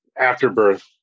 afterbirth